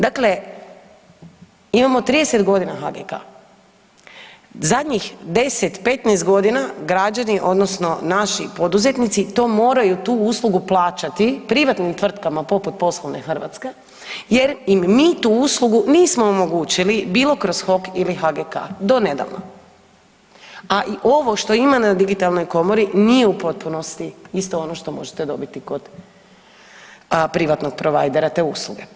Dakle, imamo 30 godina HGK, zadnjih 10, 15 godina građani odnosno naši poduzetnici to moraju tu uslugu plaćati privatnim tvrtkama poput „Poslovne Hrvatske“ jer im mi tu uslugu nismo omogućili bilo kroz HOK ili HGK do nedavno, a i ovo što ima na Digitalnoj komori nije u potpunosti isto ono što možete dobiti kod privatnog provajdera te usluge.